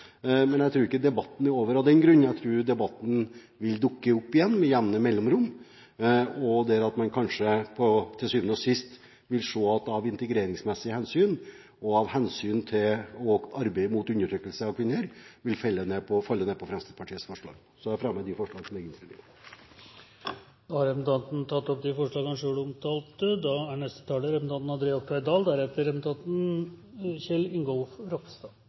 men jeg tror ikke debatten er over av den grunn. Jeg tror debatten vil dukke opp igjen med jevne mellomrom, og at man kanskje til syvende og sist vil se at man av integreringsmessige hensyn og av hensyn til arbeidet mot undertrykkelse av kvinner vil falle ned på Fremskrittspartiets forslag. Jeg fremmer de forslagene som ligger i innstillingen. Representanten Per Sandberg har tatt opp det forslagene han refererte til. Et lovverk som regulerer den enkeltes antrekk, vil innebære noe nytt i norsk lovgivning. Hvis man skal vedta noe så pass vidtrekkende, er